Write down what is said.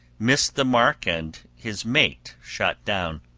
missed the mark and his mate shot down,